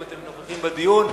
אם אתם נוכחים בדיון.